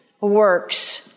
works